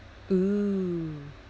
oo